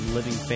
Living